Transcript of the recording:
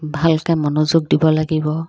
ভালকৈ মনোযোগ দিব লাগিব